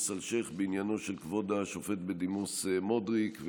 אלשיך בעניינו של כבוד השופט בדימוס מודריק,